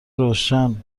روشن